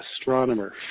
astronomer